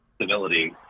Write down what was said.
civility